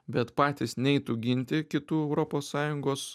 bet patys neitų ginti kitų europos sąjungos